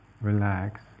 relax